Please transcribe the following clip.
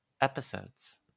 episodes